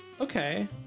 Okay